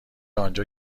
آنجا